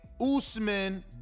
Usman